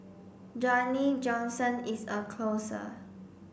Dwayne Johnson is a closer